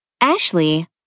Ashley